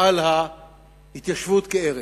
על ההתיישבות כערך.